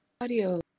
audio